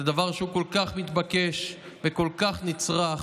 זה דבר שהוא כל כך מתבקש וכל כך נצרך.